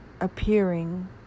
appearing